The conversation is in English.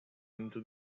into